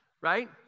Right